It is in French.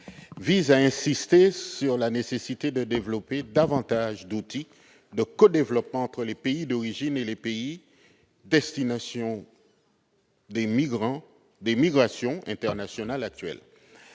vise à insister sur la nécessité de développer davantage d'outils de codéveloppement entre les pays d'origine et les pays de destination des migrations internationales actuelles.